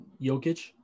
Jokic